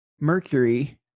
Mercury